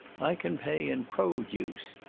i can pay in pro duce,